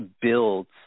builds